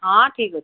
ହଁ ଠିକ୍ ଅଛି